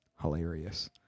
Hilarious